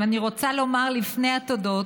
אבל אני רוצה לומר לפני התודות